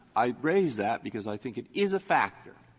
i raise that because i think it is a factor,